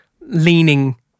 leaning